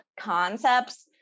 concepts